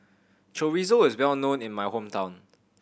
chorizo is well known in my hometown